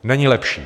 Není lepší!